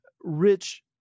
Rich